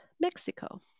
mexico